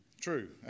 True